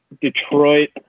Detroit